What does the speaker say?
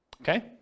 okay